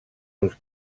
los